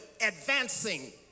advancing